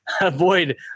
avoid